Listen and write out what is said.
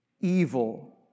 evil